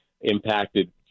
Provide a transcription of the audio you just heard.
impacted